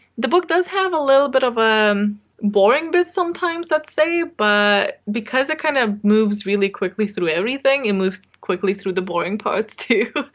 the book does have a little bit of um boring bits sometimes, let's say. but because it kind of moves really through everything, it moves quickly through the boring parts, too.